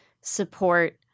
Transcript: support